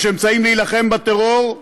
יש אמצעים להילחם בטרור,